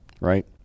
right